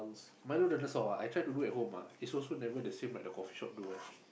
milo dinosaur ah I try to do at home ah is also not the same as the coffee shop do [one]